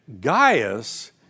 Gaius